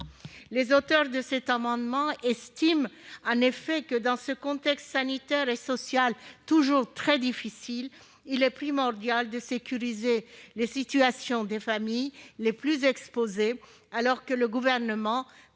le 31 mars 2022. Nous estimons en effet que, dans un contexte sanitaire et social toujours très difficile, il est primordial de sécuriser les situations des familles les plus exposées, alors que le Gouvernement